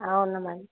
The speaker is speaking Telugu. అవునా మ్యాడం